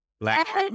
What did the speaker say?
black